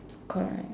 correct